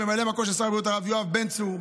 ממלא מקום שר הבריאות הרב יואב בן צור,